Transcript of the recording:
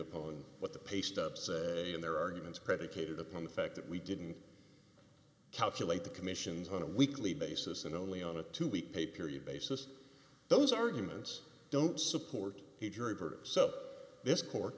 upon what the paystub say in their arguments predicated upon the fact that we didn't calculate the commissions on a weekly basis and only on a two week pay period basis those arguments don't support the jury heard so this court